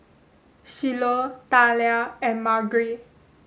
Shiloh Thalia and Margery